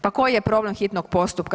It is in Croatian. Pa koji je problem hitnog postupka?